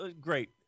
Great